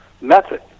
method